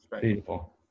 Beautiful